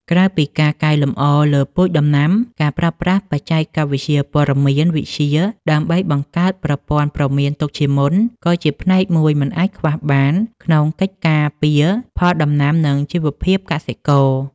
ក្រៅពីការកែលម្អលើពូជដំណាំ ការប្រើប្រាស់បច្ចេកវិទ្យាព័ត៌មានវិទ្យាដើម្បីបង្កើតប្រព័ន្ធព្រមានទុកជាមុន ក៏ជាផ្នែកមួយមិនអាចខ្វះបានក្នុងកិច្ចការពារផលដំណាំ និងជីវភាពកសិករ។